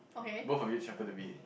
both of you chatted to me